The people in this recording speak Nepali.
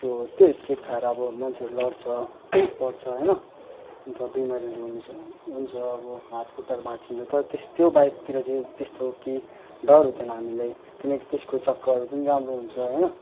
त्यो त्यो स्लिप खाएर अब मान्छेहरू लड्छ पड्छ होइन अन्त बिमारीहरू हुन्छ हुन्छ अब हातखुट्टाहरू भाँचिन्छ तर त्यस त्यो बाइकतिर चाहिँ त्यस्तो केही हुँदैन डर हुँदैन हामीलाई किनकि त्यसको चक्काहरू पनि राम्रो हुन्छ होइन